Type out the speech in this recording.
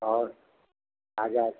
और अच्छा